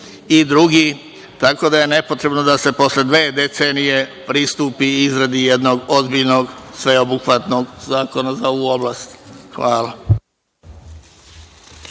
i drugi, tako da je nepotrebno da se posle dve decenije pristupi izradi jednog ozbiljnog, sveobuhvatnog zakona za ovu oblast. Hvala.